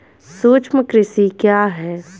सूक्ष्म कृषि क्या है?